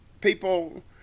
people